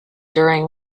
during